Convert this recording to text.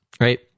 right